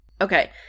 Okay